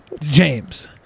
James